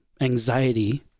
anxiety